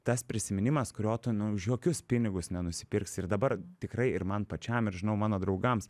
tas prisiminimas kurio tu nu už jokius pinigus nenusipirksi ir dabar tikrai ir man pačiam ir žinau mano draugams